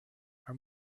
our